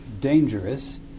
dangerous